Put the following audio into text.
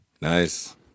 nice